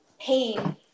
pain